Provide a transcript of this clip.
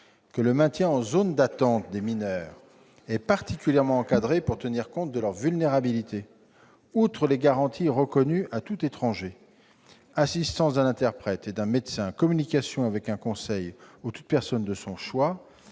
des mineurs en zone d'attente est particulièrement encadré pour tenir compte de leur vulnérabilité. Outre les garanties reconnues à tout étranger, à savoir l'assistance d'un interprète et d'un médecin, la communication avec un conseil ou toute personne de son choix,